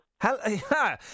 Hello